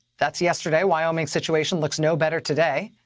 that's yesterday. wyoming's situation looks no better today.